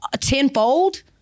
tenfold